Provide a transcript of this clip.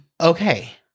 Okay